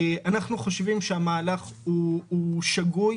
אנחנו חושבים שהמהלך הוא שגוי.